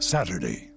Saturday